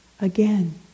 again